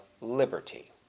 liberty